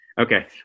Okay